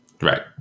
Right